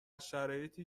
شرایطی